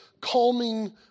calming